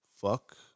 Fuck